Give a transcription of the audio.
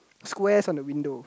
squares on the window